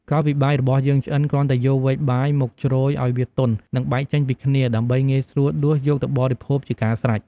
ក្រោយពីបាយរបស់យើងឆ្អិន គ្រាន់តែយកវែកបាយមកជ្រោយឱ្យវាទន់ និងបែកចេញពីគ្នា ដើម្បីងាយស្រួលដួសយកទៅបរិភោគជាការស្រេច។